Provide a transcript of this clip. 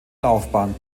laufbahn